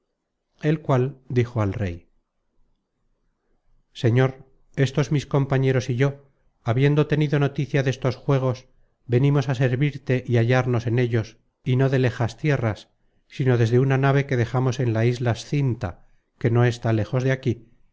el cual dijo al rey señor estos mis compañeros y yo habiendo tenido noticia destos juegos venimos á servirte y hallarnos en ellos y no de lejas tierras sino desde una nave que dejamos en la isla scinta que no está lejos de aquí